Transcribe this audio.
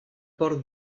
hor